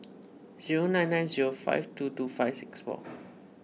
zero nine nine zero five two two five six four